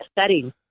setting